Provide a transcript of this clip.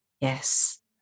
Yes